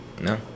No